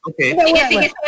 Okay